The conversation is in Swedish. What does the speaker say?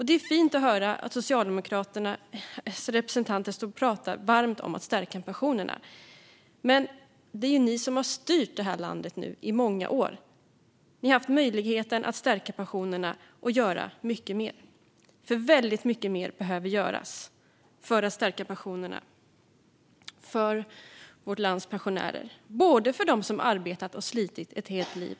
Det är fint att höra Socialdemokraternas representant stå och prata varmt om att stärka pensionerna, men det är ju ni i Socialdemokraterna som har styrt det här landet i många år nu. Ni har haft möjlighet att stärka pensionerna och göra mycket mer. Väldigt mycket mer behöver göras för att stärka pensionerna för vårt lands pensionärer, som arbetat och slitit ett helt liv.